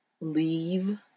leave